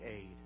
aid